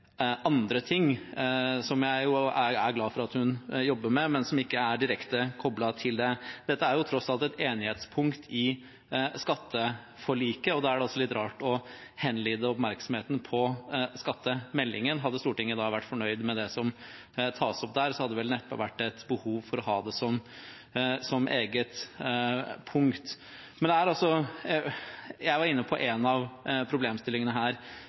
andre ting, som jeg jo er glad for at hun jobber med, men som ikke er direkte koblet til det. Dette er tross alt et enighetspunkt i skatteforliket, og da er det altså litt rart å henlede oppmerksomheten på skattemeldingen. Hadde Stortinget vært fornøyd med det som tas opp der, hadde det vel neppe vært et behov for å ha det som et eget punkt. Jeg var inne på en av problemstillingene her